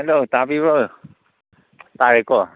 hello ꯇꯥꯕꯤꯕ꯭ꯔꯣ ꯇꯥꯏꯌꯦꯀꯣ